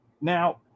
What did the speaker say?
Now